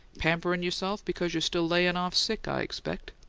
pamperin' yourself because you're still layin' off sick, i expect.